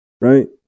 right